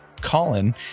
Colin